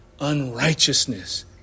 unrighteousness